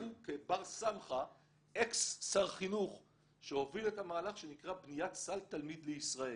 לקחו כבר-סמכא אקס שר חינוך שהוביל את המהלך שנקרא בניית סל תלמיד לישראל.